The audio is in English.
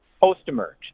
post-emerge